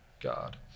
God